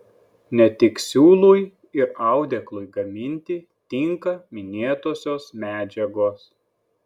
ne tik siūlui ir audeklui gaminti tinka minėtosios medžiagos